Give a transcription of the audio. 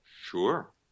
Sure